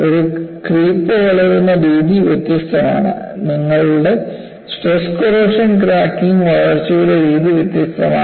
ഒരു ക്രീപ്പ് വളരുന്ന രീതി വ്യത്യസ്തമാണ് നിങ്ങളുടെ സ്ട്രെസ് കോറോഷൻ ക്രാക്കിംഗ് വളർച്ചയുടെ രീതി വ്യത്യസ്തമാണ്